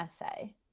essay